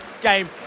game